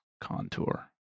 contour